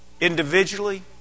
individually